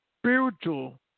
spiritual